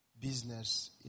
business